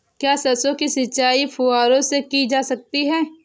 क्या सरसों की सिंचाई फुब्बारों से की जा सकती है?